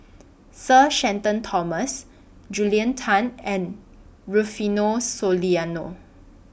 Sir Shenton Thomas Julia Tan and Rufino Soliano